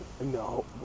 No